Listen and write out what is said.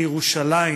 לירושלים,